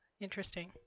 interesting